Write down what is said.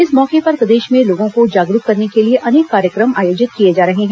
इस मौके पर प्रदेश में लोगों को जागरूके करने के लिए अनेक कार्यक्रम आयोजित किए जा रहे हैं